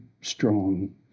strong